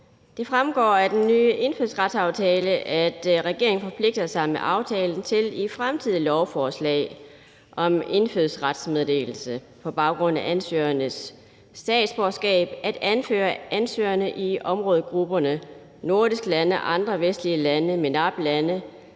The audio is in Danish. Det fremgår af den nye indfødsretsaftale, at regeringen forpligter sig til i fremtidige lovforslag om indfødsretsmeddelelse på baggrund af ansøgernes statsborgerskab at anføre ansøgerne i områdegrupperne: nordiske lande, andre vestlige lande, MENAP-lande